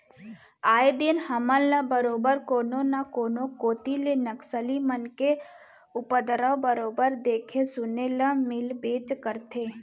आए दिन हमन ल बरोबर कोनो न कोनो कोती ले नक्सली मन के उपदरव बरोबर देखे सुने ल मिलबेच करथे